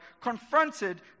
confronted